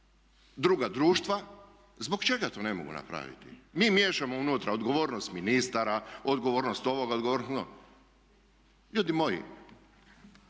druga društva? Zbog čega to ne mogu napraviti? Mi miješamo unutra odgovornost ministara, odgovornost ovoga, odgovornost onoga. Ljudi moji